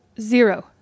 zero